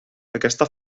aquesta